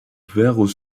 vinrent